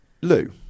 Lou